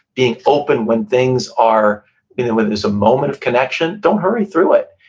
being open when things are, you know, when there's a moment of connection. don't hurry through it,